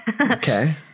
Okay